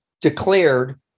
Declared